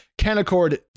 Canaccord